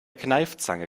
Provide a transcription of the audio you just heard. kneifzange